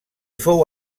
fou